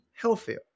healthier